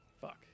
Fuck